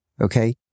okay